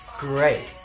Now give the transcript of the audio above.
great